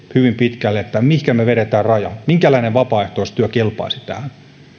hyvin pitkälle se mihinkä me vedämme rajan minkälainen vapaaehtoistyö kelpaisi tähän